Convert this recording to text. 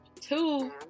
Two